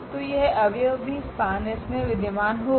तो यह अव्यव भी SPAN में विध्यमान होगा